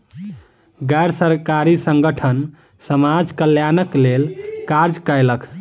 गैर सरकारी संगठन समाज कल्याणक लेल कार्य कयलक